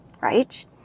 right